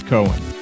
Cohen